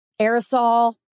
aerosol